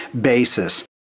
basis